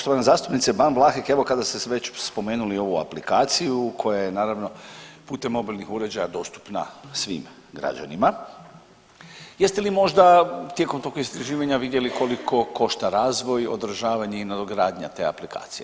Poštovana zastupnice Ban Vlahek, evo kada ste već spomenuli ovu aplikaciju koja je naravno putem mobilnih uređaja dostupna svim građanima, jeste li možda tijekom tog istraživanja vidjeli koliko košta razvoj, održavanje i nadogradnja te aplikacije?